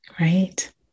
Right